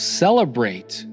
celebrate